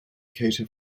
cater